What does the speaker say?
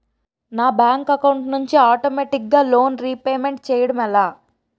నా bank account నుండి ఆటోమేటిగ్గా లోన్ రీపేమెంట్ చేయడం ఎలా?